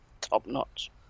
top-notch